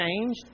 changed